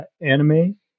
anime